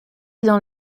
dans